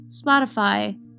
spotify